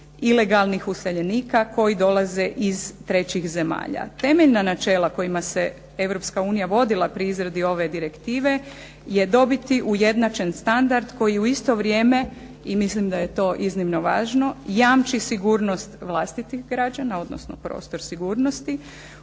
ilegalnih useljenika koji dolaze iz trećih zemalja. Temeljna načela kojima se Europska unija vodila pri izradi ove direktive je dobiti ujednačen standard koji u isto vrijeme i mislim da je to iznimno važno jamči sigurnost vlastitih građana odnosno prostor sigurnosti